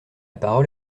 parole